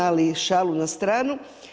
Ali, šalu na stranu.